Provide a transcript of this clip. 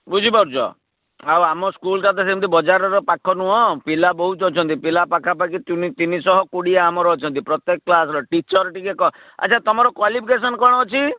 ବୁଝିପାରୁଛ ଆଉ ଆମ ସ୍କୁଲଟା ତ ସେମିତି ବଜାରର ପାଖ ନୁହଁ ପିଲା ବହୁତ ଅଛନ୍ତି ପିଲା ପାଖାପାଖି ତିନି ଶହ କୋଡ଼ିଏ ଆମର ଅଛନ୍ତି ପ୍ରତ୍ୟକ କ୍ଳାସ୍ର ଟିଚର୍ ଟିକେ ଆଚ୍ଛା ତମର କ୍ୱାଲିଫିକେସନ୍ କ'ଣ ଅଛି